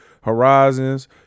horizons